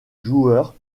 joueur